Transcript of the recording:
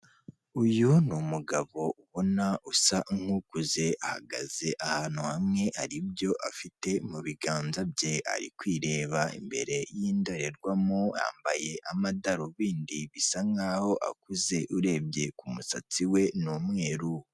Uyu ni umugabo ubona usa nk'ukuze ahagaze ahantu hamwe hari ibyo afite mu biganza bye, ari kwireba imbere y'indorerwamo yambaye amadarubindi bisa nkaho akuze urebye ku musatsi we ni umweru.